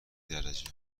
درجه